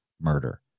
murder